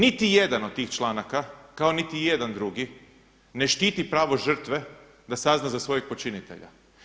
Niti jedan od tih članaka, kao niti jedan drugi ne štiti pravo žrtve da sazna za svojeg počinitelja.